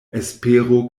espero